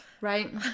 right